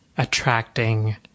attracting